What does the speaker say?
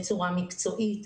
בצורה מקצועית,